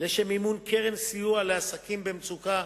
לשם מימון קרן סיוע לעסקים במצוקה,